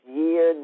year